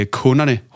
kunderne